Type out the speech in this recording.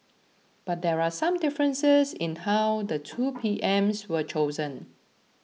but there are some differences in how the two P Ms were chosen